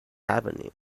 happening